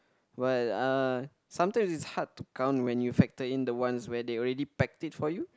what uh sometimes it's hard to count when you factor in the ones where they already packed it for you